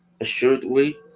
assuredly